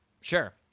Sure